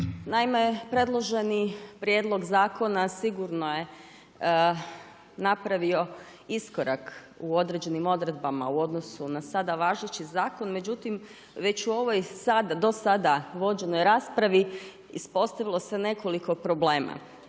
naime, predloženi prijedlog zakona sigurno je napravio iskorak u određenim odredbama u odnosu na sada važeći zakon, međutim već u ovoj do sada vođenoj raspravi ispostavilo se nekoliko problema.